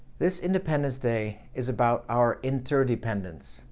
this independence day is about our inter-dependence,